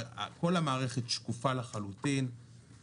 כל המערכת שקופה לחלוטין,